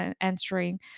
answering